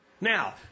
Now